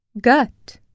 Gut